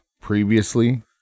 previously